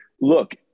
look